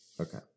Okay